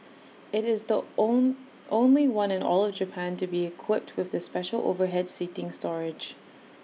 IT is the on only one in all of Japan to be equipped with the special overhead seating storage